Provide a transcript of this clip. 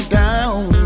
down